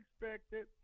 expected